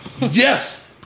Yes